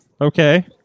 Okay